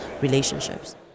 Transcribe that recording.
relationships